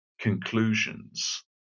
conclusions